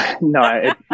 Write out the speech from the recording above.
No